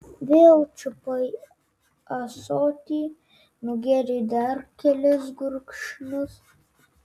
vėl čiupai ąsotį nugėrei dar kelis gurkšnius